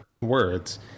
words